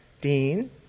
Dean